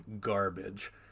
garbage